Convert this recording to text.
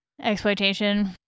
exploitation